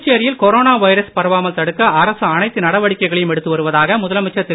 புதுச்சேரியில் corona virus பரவாமல் தடுக்க அரசு அனைத்து நடவடிக்கைகளையும் எடுத்து வருவதாக முதலமைச்சர் திரு